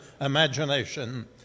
imagination